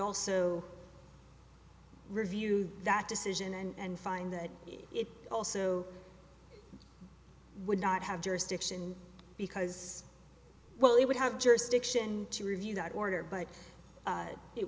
also review that decision and find that it also would not have jurisdiction because well it would have jurisdiction to review that order but